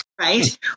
right